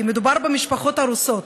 כי מדובר במשפחות הרוסות,